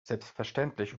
selbstverständlich